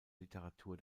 literatur